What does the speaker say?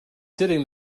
sitting